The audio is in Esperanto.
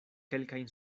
kelkajn